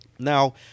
Now